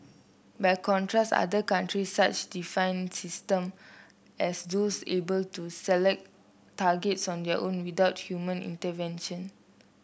by contrast other countries such define system as those able to select targets on their own without human intervention